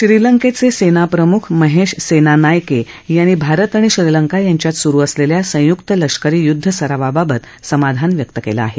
श्रीलंकेचे सेनाप्रमुख महेश सेनानायके यांनी भारत आणि श्रीलंका यांच्यात सुरु असलेल्या संयुक्त लष्करी युद्धसरावाबाबत समाधान व्यक्त केलं आहे